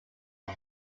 led